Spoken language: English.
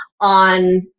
on